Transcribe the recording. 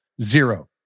Zero